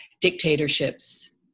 dictatorships